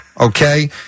okay